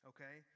Okay